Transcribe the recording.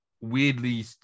weirdly